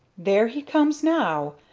there he comes now!